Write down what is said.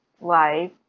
life